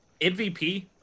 MVP